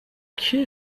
کیه